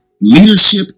Leadership